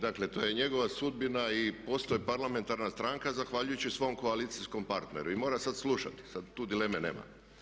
Dakle, to je njegova sudbina i postoji parlamentarna stranka zahvaljujući svom koalicijskom partneru i mora sad slušati, sad tu dileme nema.